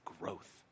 growth